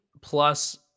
plus